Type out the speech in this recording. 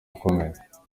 ukomeye